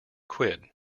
quid